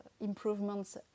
improvements